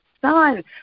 Son